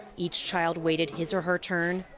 each child waited his or her turn,